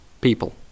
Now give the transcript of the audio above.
people